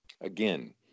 again